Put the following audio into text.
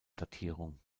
datierung